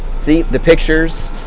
see the pictures,